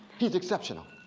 he's exceptional.